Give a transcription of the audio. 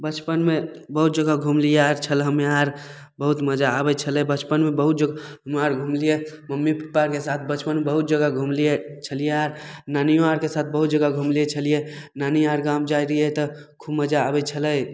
बचपनमे बहुत जगह घुमलियै आर छलऽ हम्मे आर बहुत मजा आबय छलै बचपनमे बहुत जो मम्मी पप्पाके साथ बचपनमे बहुत जगह घुमलियै छलियै आर नानियो आरके साथ बहुत जगह घुमले छलियै नानी आर गाम जाइ रहियै तऽ खूब मजा आबय छलै